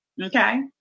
okay